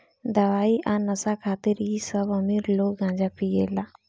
दवाई आ नशा खातिर इ सब अमीर लोग गांजा पियेला